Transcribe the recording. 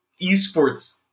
esports